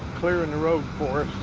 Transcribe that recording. clearing the road for